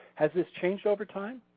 has this changed over time?